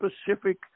specific